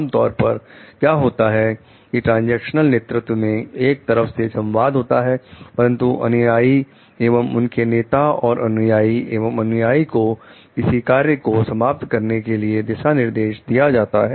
आमतौर पर क्या होता है कि ट्रांजैक्शनल नेतृत्व में एक तरफ से संवाद होता है परंतु अनुयाई एवं उनके नेता और अनुयाई एवं अनुयाई को किसी कार्य को समाप्त करने के लिए दिशा निर्देश दिए जाते हैं